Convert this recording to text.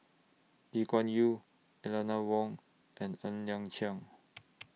Lee Kuan Yew Eleanor Wong and Ng Liang Chiang